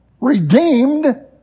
redeemed